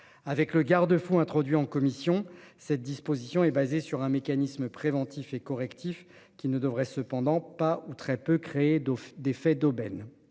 Avec le garde-fous introduit en commission, cette disposition est basé sur un mécanisme préventif et correctif qui ne devrait cependant pas ou très peu créé de d'effet d'aubaine.